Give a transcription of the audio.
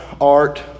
art